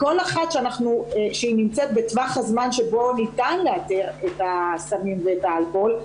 לכל אחת שנמצאת בטווח הזמן שבו ניתן לאתר את הסמים ואת האלכוהול,